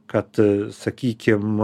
kad sakykim